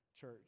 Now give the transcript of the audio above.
church